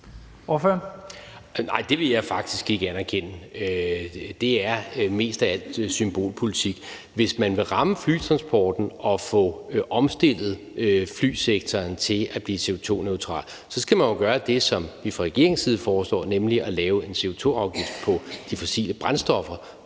det vil jeg faktisk ikke anerkende. Det er mest af alt symbolpolitik. Hvis man vil ramme flytransporten og få omstillet flysektoren til at blive CO2-neutral, så skal man gøre det, som vi fra regeringens side foreslår, nemlig at lave en CO2-afgift på de fossile brændstoffer.